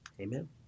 Amen